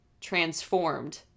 transformed